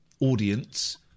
audience